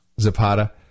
Zapata